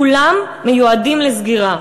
כולם מיועדים לסגירה.